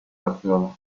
barcelona